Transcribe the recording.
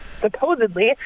supposedly